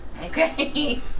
Okay